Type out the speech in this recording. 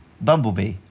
Bumblebee